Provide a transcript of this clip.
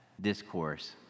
discourse